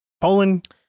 Poland